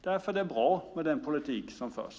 Därför är det bra med den politik som förs.